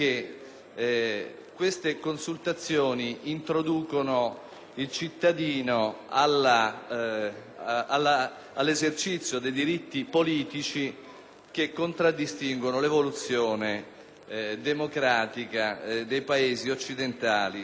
il cittadino all'esercizio dei diritti politici. E questi ultimi contraddistinguono l'evoluzione democratica dei Paesi occidentali sin dalle due rivoluzioni, quella francese e quella inglese.